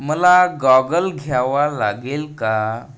मला गॉगल घ्यावा लागेल का